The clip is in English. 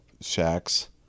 shacks